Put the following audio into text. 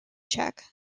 check